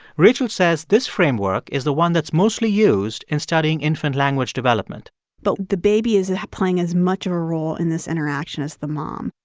rachel says this framework is the one that's mostly used in studying infant language development but the baby is is playing as much of a role in this interaction as the mom.